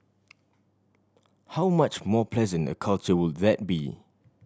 how much more pleasant a culture would that be